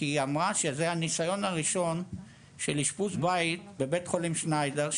כי היא אמרה שזה הניסיון הראשון של אשפוז בית בבית חולים שניידר,